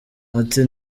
ati